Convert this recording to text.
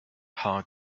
how